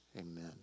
amen